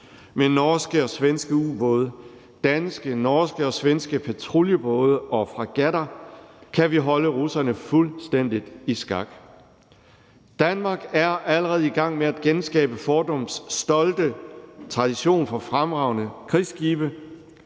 Med norske og svenske ubåde, danske, norske og svenske patruljebåde og fregatter kan vi holde russerne fuldstændig i skak. Danmark er allerede i gang med at genskabe fordums stolte tradition for fremragende krigsskibe.